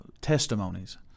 testimonies